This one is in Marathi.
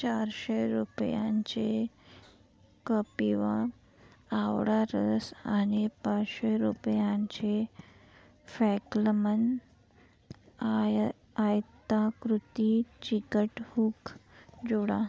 चारशे रुपयांचे कपिवा आवळा रस आणि पाचशे रुपयांचे फॅक्लमन आय आयताकृती चिकट हुक जोडा